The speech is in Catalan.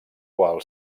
qual